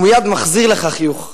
הוא מייד מחזיר לך חיוך.